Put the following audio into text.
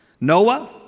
Noah